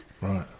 Right